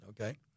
okay